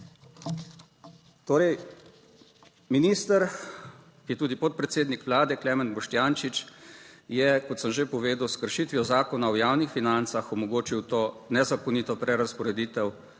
Torej, minister, ki je tudi podpredsednik vlade Klemen Boštjančič, je, kot sem že povedal, s kršitvijo Zakona o javnih financah omogočil to nezakonito prerazporeditev